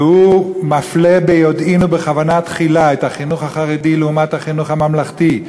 והוא מפלה ביודעין ובכוונה תחילה את החינוך החרדי לעומת החינוך הממלכתי,